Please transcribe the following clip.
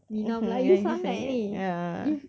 mm !hey! ya